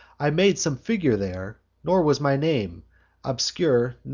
i made some figure there nor was my name obscure,